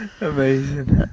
Amazing